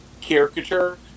caricature